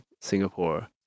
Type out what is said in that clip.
Singapore